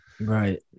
Right